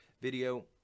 video